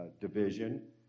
division